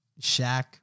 Shaq